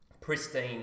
pristine